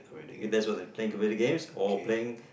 if that's what they're playing computer games or playing